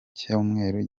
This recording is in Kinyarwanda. cyumweru